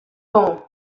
gong